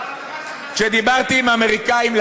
כשדיברתי עם האמריקנים,